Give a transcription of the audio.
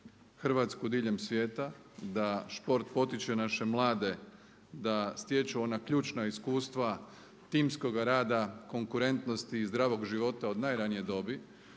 Hrvatsku diljem svijeta, da šport potiče naše mlade da stječu ona ključna iskustva timskoga rada, konkurentnosti zdravog života od najranije dobi